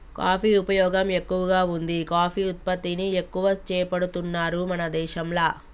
coffee ఉపయోగం ఎక్కువగా వుంది కాఫీ ఉత్పత్తిని ఎక్కువ చేపడుతున్నారు మన దేశంల